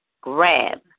grab